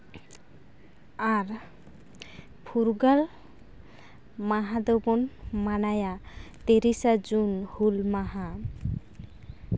ᱟᱨ ᱯᱷᱩᱨᱜᱟᱹᱞ ᱢᱟᱦᱟ ᱫᱚᱵᱚᱱ ᱢᱟᱱᱟᱣᱟ ᱛᱤᱨᱤᱥᱟ ᱡᱩᱱ ᱦᱩᱞ ᱢᱟᱦᱟ